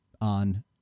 on